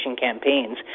campaigns